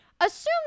Assume